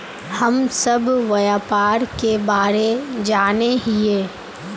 हम सब व्यापार के बारे जाने हिये?